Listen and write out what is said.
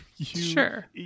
Sure